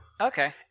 Okay